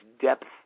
depth